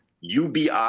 UBI